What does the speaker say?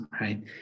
Right